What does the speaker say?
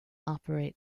operate